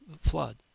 flood